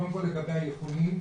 קודם כול לגבי האיכונים,